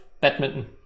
badminton